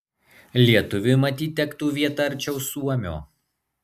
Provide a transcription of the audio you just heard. lietuviui matyt tektų vieta arčiau suomio